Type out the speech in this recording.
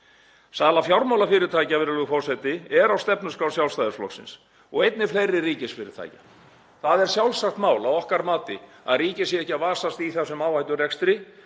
Sala fjármálafyrirtækja er á stefnuskrá Sjálfstæðisflokksins og einnig fleiri ríkisfyrirtækja. Það er sjálfsagt mál að okkar mati að ríkið sé ekki að vasast í þeim áhætturekstri,